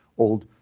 old.